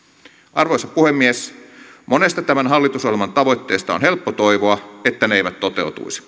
arvoisa puhemies monesta tämän hallitusohjelman tavoitteesta on helppo toivoa että ne eivät toteutuisi